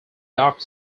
dock